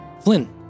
Flynn